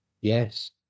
Yes